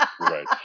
Right